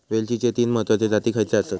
वेलचीचे तीन महत्वाचे जाती खयचे आसत?